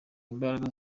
imbaraga